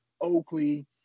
Oakley